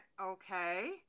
okay